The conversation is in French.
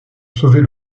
sauver